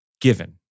given